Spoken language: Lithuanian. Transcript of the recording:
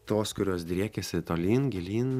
tos kurios driekiasi tolyn gilyn